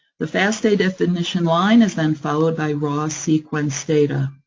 the fasta definition line is then followed by raw sequence data.